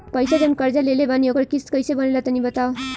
पैसा जऊन कर्जा लेले बानी ओकर किश्त कइसे बनेला तनी बताव?